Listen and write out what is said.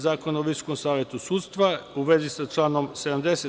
Zakona o Visokom savetu sudstva, u vezi sa članom 70.